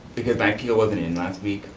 because akia wasn't in last week,